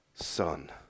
Son